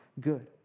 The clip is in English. good